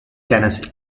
tennessee